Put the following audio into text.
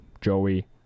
Joey